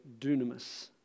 dunamis